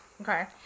Okay